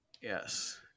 Yes